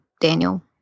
Daniel